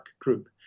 group